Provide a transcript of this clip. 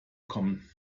kommen